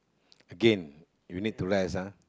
again you need to rest ah